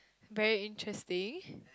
very interesting